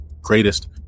greatest